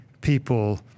people